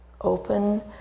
Open